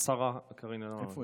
השרה קארין אלהרר יושבת